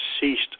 ceased